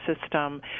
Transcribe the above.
system